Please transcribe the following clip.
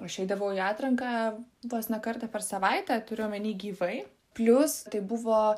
aš eidavau į atranką vos ne kartą per savaitę turiu omeny gyvai plius tai buvo